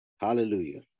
Hallelujah